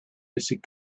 basic